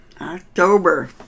October